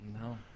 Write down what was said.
No